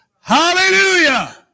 Hallelujah